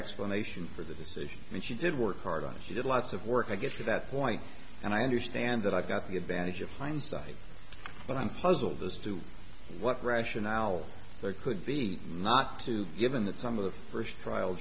explanation for the decision and she did work hard on it she did lots of work i get to that point and i understand that i've got the advantage of hindsight but i'm puzzled as to what rationale there could be not to given that some of the first trial